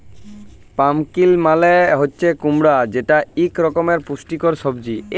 pumpkin মালে হছে কুমড়া যেট ইক রকমের পুষ্টিকর সবজি